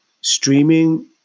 streaming